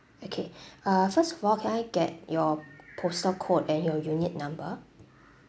okay uh first of all can I get your postal code and your unit number